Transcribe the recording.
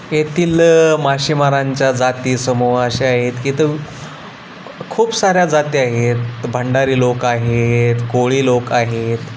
येथील मासेमारांच्या जातीसमूह असे आहेत की तर खूप साऱ्या जाती आहेत भंडारी लोक आहेत कोळी लोक आहेत